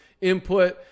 input